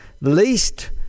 least